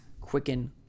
Quicken